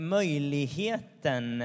möjligheten